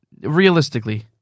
Realistically